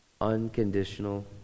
unconditional